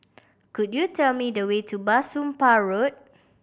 could you tell me the way to Bah Soon Pah Road